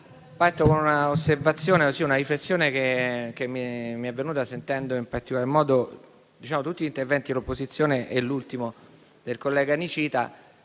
osservazione, una riflessione che mi è venuta ascoltando, in particolar modo, tutti gli interventi dell'opposizione e l'ultimo del collega Nicita.